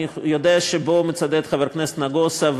אני יודע שבו מצדד חבר הכנסת נגוסה,